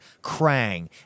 Krang